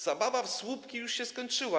Zabawa w słupki już się skończyła.